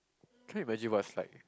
can't imagine what's like